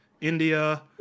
India